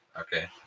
Okay